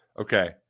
okay